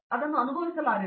ಆದ್ದರಿಂದ ಅದು ಹೊರಟಿದೆ